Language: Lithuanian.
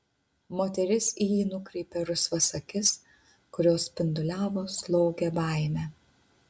moteris į jį nukreipė rusvas akis kurios spinduliavo slogią baimę